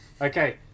Okay